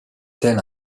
tel